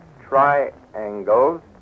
triangles